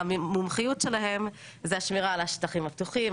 המומחיות שלהם זה השמירה על השטחים הפתוחים,